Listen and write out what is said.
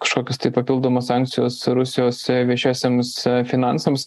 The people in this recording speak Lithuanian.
kažkokios tai papildomos sankcijos rusijos viešiesiems finansams